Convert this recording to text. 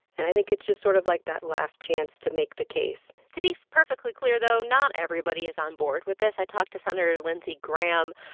and i think it's just sort of like that last chance to make the case to be perfectly clear, though, not everybody is onboard with this. i talked to senator lindsey graham.